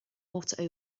water